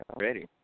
ready